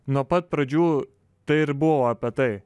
nuo pat pradžių tai ir buvo apie tai